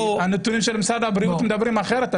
כי הנתונים של משרד הבריאות מדברים אחרת,